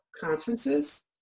conferences